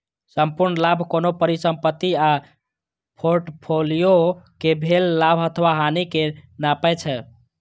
संपूर्ण लाभ कोनो परिसंपत्ति आ फोर्टफोलियो कें भेल लाभ अथवा हानि कें नापै छै